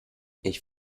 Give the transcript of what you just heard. ich